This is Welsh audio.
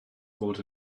fod